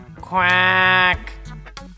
quack